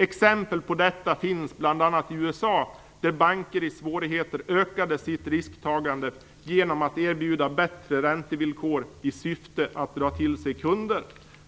Exempel på detta finns bl.a. i USA där banker i svårigheter ökade sitt risktagande genom att erbjuda bättre räntevillkor i syfte att dra till sig kunder.